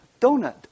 donut